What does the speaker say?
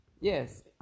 Yes